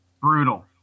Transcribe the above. Brutal